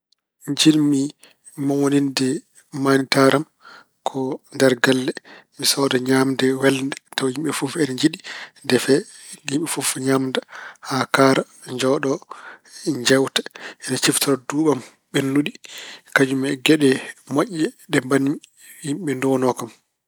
Njiɗmi mawninde maanditaare am ko nder galle. Mi sooda ñaamde welnde tawa yimɓe fof ina njiɗi defe. Yimɓe fof ñaamda haa kaara, njooɗoo njeewta. Ina ciftora duuɓi am ɓennuɗi kañum e geɗe moƴƴe ɗe mbaɗmi. Yimɓe nduwonoo kam.